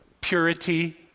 purity